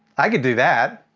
i could do that.